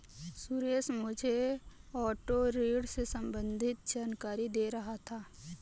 सुरेश मुझे ऑटो ऋण से संबंधित जानकारी दे रहा था